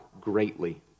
greatly